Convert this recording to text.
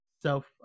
self